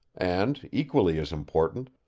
and, equally as important,